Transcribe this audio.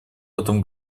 этом